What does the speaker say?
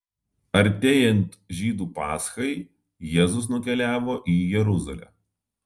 artėjant žydų paschai jėzus nukeliavo į jeruzalę